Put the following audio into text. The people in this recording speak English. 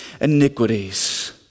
iniquities